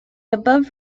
above